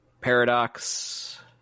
Paradox